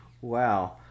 wow